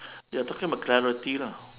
you're talking about clarity lah